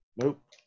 Nope